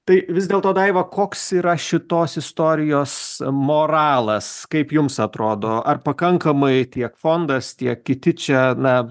tai vis dėlto daiva koks yra šitos istorijos moralas kaip jums atrodo ar pakankamai tiek fondas tiek kiti čia na